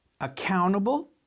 accountable